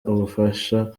ubufasha